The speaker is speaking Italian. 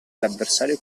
l’avversario